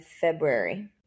February